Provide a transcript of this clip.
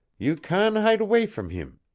you can' hide away from heem.